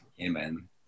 Amen